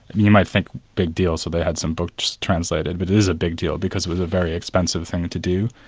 you might think big deal, so they had some books translated', but it is a big deal because it was a very expensive thing to do.